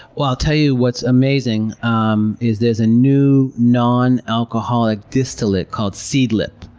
i'll tell you what's amazing um is there's a new non-alcoholic distillate called seedlip.